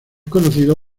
conocido